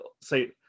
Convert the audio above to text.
say